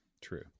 True